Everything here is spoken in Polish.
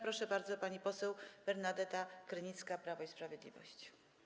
Proszę bardzo, pani poseł Bernadeta Krynicka, Prawo i Sprawiedliwość.